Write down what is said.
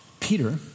Peter